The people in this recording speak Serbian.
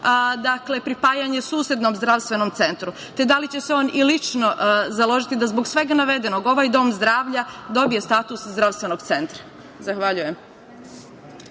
pripajanje susednom zdravstvenom centru? Te, da li će se on i lično založiti da zbog svega navedenog ovaj dom zdravlja dobije status zdravstvenog centra? Zahvaljujem.